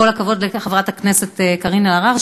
כל הכבוד גם לחברת הכנסת קארין אלהרר,